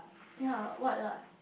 ye what lah